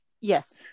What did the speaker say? Yes